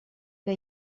que